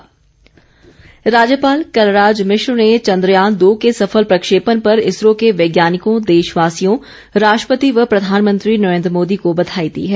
राज्यपाल राज्यपाल कलराज मिश्र ने चंद्रयान दो के सफल प्रक्षेपण पर इसरो के वैज्ञानिकों देशवासियों राष्ट्रपति व प्रधानमंत्री नरेंद्र मोदी को बधाई दी है